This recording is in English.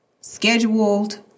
scheduled